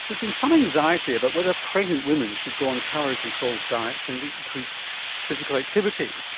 there's been some anxiety about whether pregnant women should go on calorie controlled diets and increase physical activity.